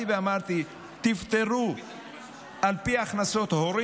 תִפְטרו על פי הכנסות הורים.